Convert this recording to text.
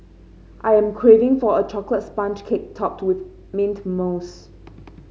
I am craving for a chocolate sponge cake topped with mint mousse